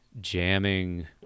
jamming